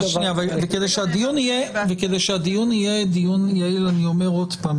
שום דבר --- כדי שהדיון יהיה יעיל אני אומר שוב,